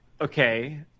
Okay